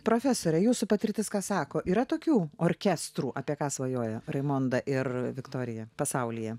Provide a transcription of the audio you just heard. profesore jūsų patirtis ką sako yra tokių orkestrų apie ką svajoja raimonda ir viktorija pasaulyje